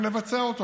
והולכים לבצע אותו.